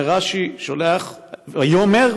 אומר רש"י: "ויאמר",